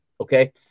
Okay